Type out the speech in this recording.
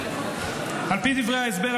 על פי דברי ההסבר,